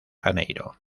janeiro